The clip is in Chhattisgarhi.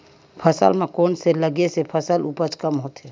फसल म कोन से लगे से फसल उपज कम होथे?